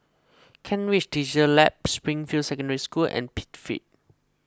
Kent Ridge Digital Labs Springfield Secondary School and Pitt Street